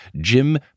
Jim